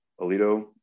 Alito